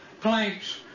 planks